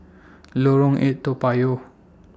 Lorong eight Toa Payoh